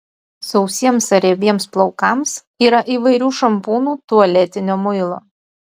sausiems ar riebiems plaukams yra įvairių šampūnų tualetinio muilo